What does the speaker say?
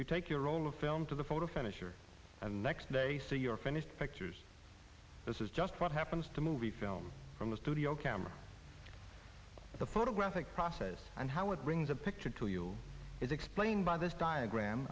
you take your roll of film to the photo finish your next day so you're finished pictures this is just what happens to movie film from a studio camera the photographic process and how it brings a picture to you is explained by this diagram